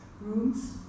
rooms